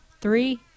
three